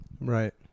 Right